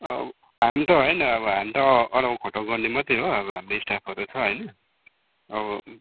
हामी त होइन हामी त अरौ खटौ गर्ने मात्र हो अब हाम्रो स्टाफहरू छ होइन अब